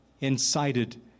incited